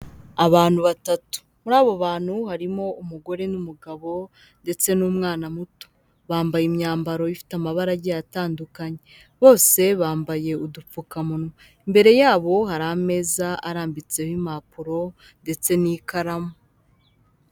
Abantu batatu, muri abo bantu harimo umugore n'umugabo ndetse n'umwana muto, bambaye imyambaro ifite amabara agiye atandukanye, bose bambaye udupfukamunwa, imbere yabo hari ameza arambitseho impapuro ndetse n'ikaramu.